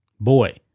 boy